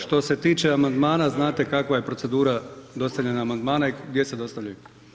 Što se tiče amandmana znate kakva je procedura dostavljanja amandmana i gdje se dostavljaju.